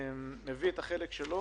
מביא את החלק שלו